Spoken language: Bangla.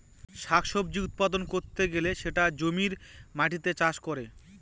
শাক সবজি উৎপাদন করতে গেলে সেটা জমির মাটিতে চাষ করে